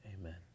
Amen